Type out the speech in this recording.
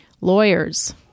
Lawyers